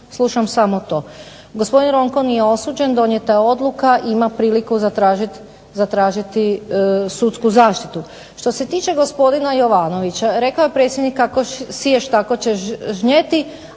slušam samo to. Gospodin Ronko nije osuđen donijeta je odluka, ima priliku zatražiti sudsku zaštitu. Što se tiče gospodina Jovanovića rekao je predsjednik kako siješ tako ćeš žnijeti,